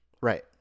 Right